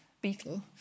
beetle